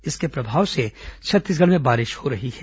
इसके प्रभाव से छत्तीसगढ़ में बारिश हो रही है